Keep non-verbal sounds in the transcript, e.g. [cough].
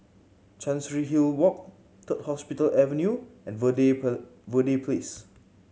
Chancery Hill Walk Third Hospital Avenue and Verde [unintelligible] Verde Place